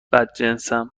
بدجنسم